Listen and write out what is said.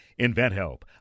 InventHelp